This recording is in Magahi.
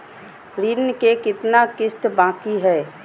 ऋण के कितना किस्त बाकी है?